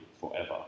forever